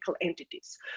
entities